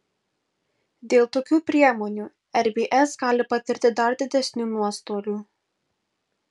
dėl tokių priemonių rbs gali patirti dar didesnių nuostolių